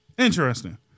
Interesting